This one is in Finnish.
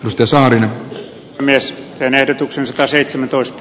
mustasaaren mies lenertuksesta seitsemäntoista